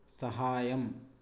సహాయం